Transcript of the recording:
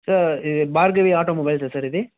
sir ఇది భార్గవి ఆటోమొబైల్సా sir ఇది